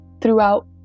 throughout